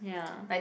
ya